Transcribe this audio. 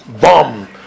bomb